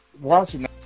watching